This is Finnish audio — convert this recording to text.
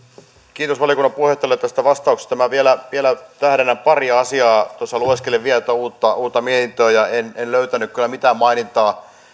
kiitos valiokunnan puheenjohtajalle tästä vastauksesta minä vielä tähdennän paria asiaa tuossa lueskelin vielä tuota uutta mietintöä ja en en löytänyt kyllä mitään mainintaa